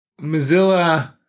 Mozilla